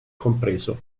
compreso